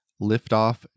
Liftoff